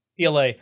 PLA